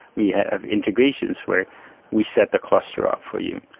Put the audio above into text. we have integrations where we set the cluster up for you.